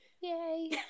Yay